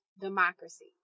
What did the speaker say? democracy